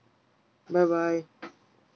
bye bye